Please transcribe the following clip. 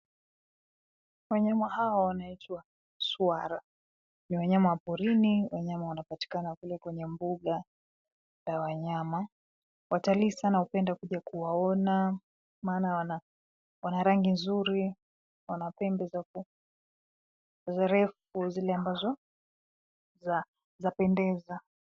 Wanyama hawa wanaitwa swara. Ni wanyama wa porini, wanyama wanapatikana kwenye mbuga ya wanyama. Watalii sana hupenda kuja kuwaona mara wana rangi nzuri, wana pembe refu zile ambazo zapendeza.